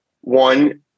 one